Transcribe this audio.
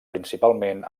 principalment